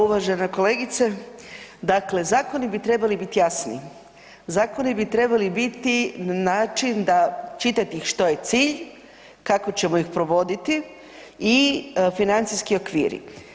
Uvažena kolegice, dakle zakoni bi trebali biti jasni, zakoni bi trebali biti na način da čitati ih što je cilj, kako ćemo ih provoditi i financijski okviri.